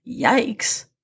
Yikes